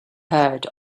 heard